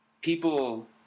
people